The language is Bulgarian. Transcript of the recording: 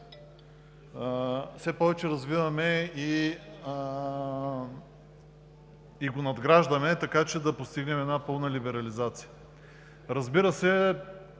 все повече го развиваме и надграждаме, така че да постигнем една пълна либерализация. По принцип